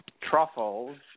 truffles